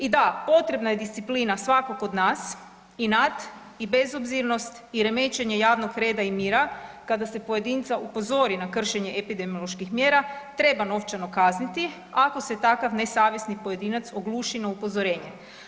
I da, potrebna je disciplina svakog od nas, inat i bezobzirnost i remećenje javnog reda i mira kada se pojedinca upozori na kršenje epidemioloških mjera treba novčano kazniti ako se takav nesavjestan pojedinac ogluši na upozorenje.